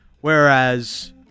Whereas